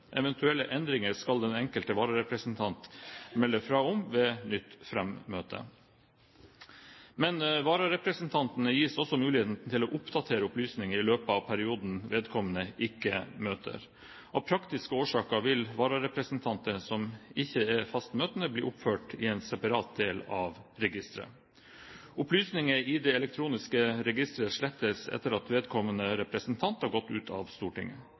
Eventuelle endringer skal den enkelte vararepresentant melde fra om ved nytt frammøte. Men vararepresentantene gis også muligheten til å oppdatere opplysninger i løpet av perioden vedkommende ikke møter. Av praktiske årsaker vil vararepresentanter som ikke er fast møtende, bli oppført i en separat del av registeret. Opplysninger i det elektroniske registeret slettes etter at vedkommende representant har gått ut av Stortinget.